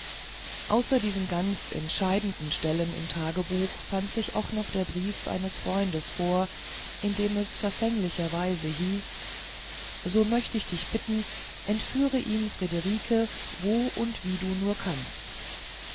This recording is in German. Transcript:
außer diesen ganz entscheidenden stellen im tagebuch fand sich auch noch der brief eines freundes vor in dem es verfänglicherweise hieß so möcht ich dich bitten entführe ihm friederiken wo und wie du nur kannst